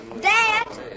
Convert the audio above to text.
Dad